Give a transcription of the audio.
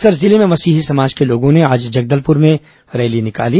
बस्तर जिले भें मसीही समाज के लोगों ने आज जगदलपुर में रैली निकाली